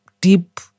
deep